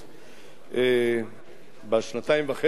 בשנתיים וחצי האחרונות.